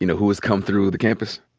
you know who has come through the campus?